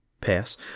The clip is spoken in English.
Pass